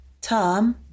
Tom